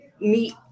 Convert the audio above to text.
meet